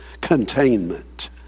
Containment